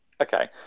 okay